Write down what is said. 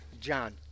John